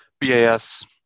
BAS